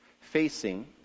facing